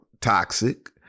toxic